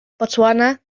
botswana